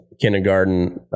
kindergarten